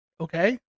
okay